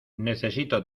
necesito